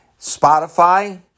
Spotify